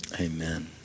Amen